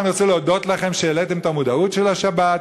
אני רוצה להודות לכם על שהעליתם את המודעות לשבת,